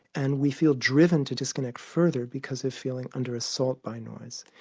and we feel driven to disconnect further because of feeling under assault by noise.